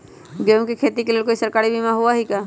गेंहू के खेती के लेल कोइ सरकारी बीमा होईअ का?